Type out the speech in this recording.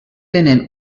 tenen